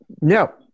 no